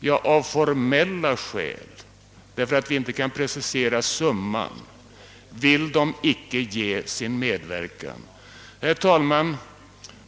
Jo, av formella skäl — därför att vi inte kan precisera summan — vill folkpartiet icke ge sin medverkan. Herr talman!